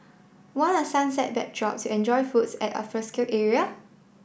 want a sunset backdrop to enjoy foods at alfresco area